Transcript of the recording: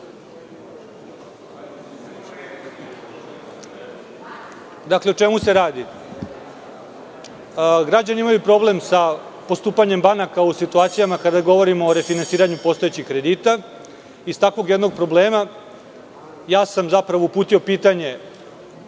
da je to problem. Građani imaju problem sa postupanjem banaka u situacijama kada govorimo o refinansiranju postojećih kredita. Iz takvog jednog problema uputio sam pitanje